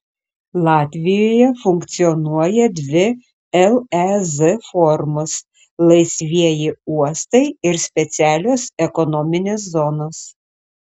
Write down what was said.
latvijoje funkcionuoja dvi lez formos laisvieji uostai ir specialios ekonominės zonos